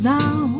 now